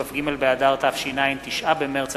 לאינטרנט ואבטחה מקוונת, התש"ע 2010,